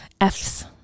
Fs